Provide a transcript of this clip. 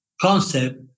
concept